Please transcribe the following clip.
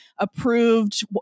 approved